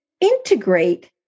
integrate